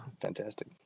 Fantastic